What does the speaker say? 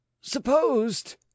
supposed